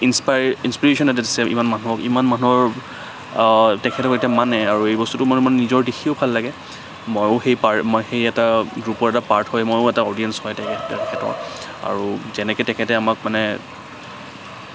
inspire inspiration এটা দিছে ইমান মানুহক ইমান মানুহৰ তেখেতক এতিয়া মানে আৰু এই বস্তুটো মানে মানে নিজৰ দেখিয়ো ভাল লাগে ময়ো সেই পাৰ সেই এটা গ্ৰুপৰ এটা পাৰ্ট হয় ময়ো এটা অডিয়েঞ্চ হয় তেখে তেখেতৰ আৰু যেনেকে তেখেতে আমাক মানে